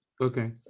Okay